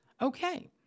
Okay